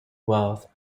wealth